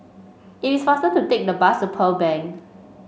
it is faster to take the bus to Pearl Bank